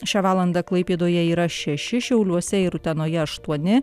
šią valandą klaipėdoje yra šeši šiauliuose ir utenoje aštuoni